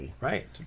right